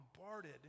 bombarded